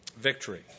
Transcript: Victory